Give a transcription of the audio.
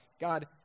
God